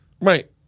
Right